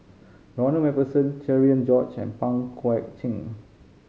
Ronald Macpherson Cherian George and Pang Guek Cheng